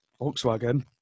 Volkswagen